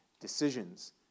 decisions